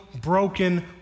broken